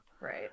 Right